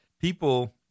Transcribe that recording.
people